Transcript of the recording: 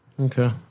Okay